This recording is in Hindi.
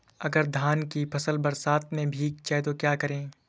अगर धान की फसल बरसात में भीग जाए तो क्या करें?